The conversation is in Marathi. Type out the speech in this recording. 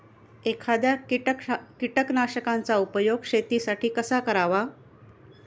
एखाद्या कीटकनाशकांचा उपयोग शेतीसाठी कसा करावा?